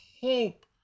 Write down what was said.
hope